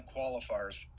Qualifiers